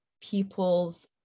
people's